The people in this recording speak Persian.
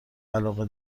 علاقه